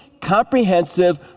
comprehensive